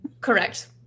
Correct